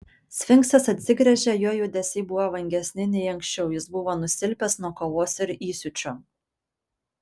sfinksas atsigręžė jo judesiai buvo vangesni nei anksčiau jis buvo nusilpęs nuo kovos ir įsiūčio